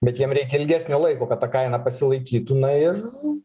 bet jiem reikia ilgesnio laiko kad ta kaina pasilaikytų na ir